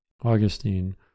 Augustine